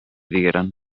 digueren